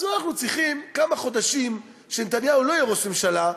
אז אנחנו צריכים כמה חודשים שנתניהו לא יהיה ראש ממשלה,